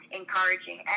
encouraging